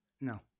No